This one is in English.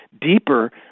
deeper